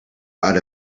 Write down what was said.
out